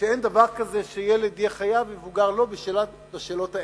שאין דבר כזה שילד יהיה חייב ומבוגר לא בשאלות האלה.